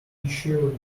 issue